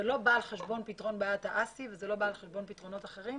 זה לא בא על חשבון בעיית האסי וזה לא בא על חשבון פתרונות אחרים.